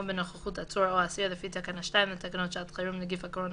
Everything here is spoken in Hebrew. בנוכחות עצור או אסיר לפי תקנה 2 לתקנות שעת חירום (נגיף הקורונה